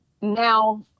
now